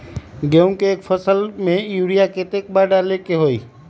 गेंहू के एक फसल में यूरिया केतना बार डाले के होई?